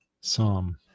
Psalm